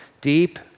deep